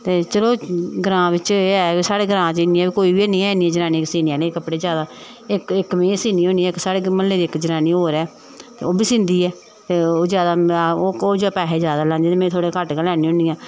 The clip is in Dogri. ते चलो ग्रां बिच्च एह् ऐ ग्रां च इन्नियां कोई बी नी हैन जनानियां कपड़े सीने आह्लियां कपड़े जादा इक में सीनी होन्नी इक साढ़े म्हल्ले दी इक जनानी होर ऐ ते ओह् बी सींदी ऐ ते जादा ओह् पैहे ओह् जादा लैंदी ऐ ते में थोह्ड़े घट्ट गै लैन्नी होन्नी आं